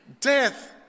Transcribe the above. death